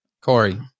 Corey